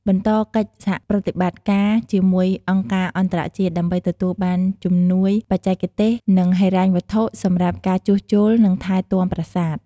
បន្តកិច្ចសហប្រតិបត្តិការជាមួយអង្គការអន្តរជាតិ ដើម្បីទទួលបានជំនួយបច្ចេកទេស និងហិរញ្ញវត្ថុសម្រាប់ការជួសជុល និងថែទាំប្រាសាទ។